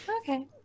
okay